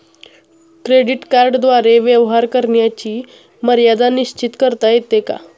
Credit कार्डद्वारे व्यवहार करण्याची मर्यादा निश्चित करता येते का?